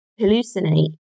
hallucinate